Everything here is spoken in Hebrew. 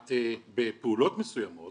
את בפעולות מסוימות